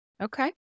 Okay